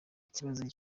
ikibazo